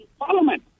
Parliament